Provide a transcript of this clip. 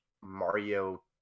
Mario